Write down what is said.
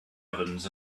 ovens